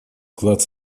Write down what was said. вклад